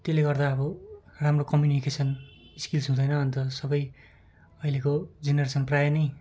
त्यसले गर्दा अब राम्रो कम्युनिकेसन स्किल्स हुँदैन अन्त सबै अहिले जेनेरेसन प्रायः नै